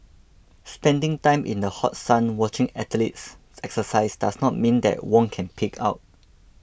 spending time in the hot sun watching athletes exercise does not mean that Wong can pig out